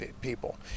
people